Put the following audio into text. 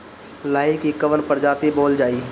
लाही की कवन प्रजाति बोअल जाई?